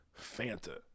fanta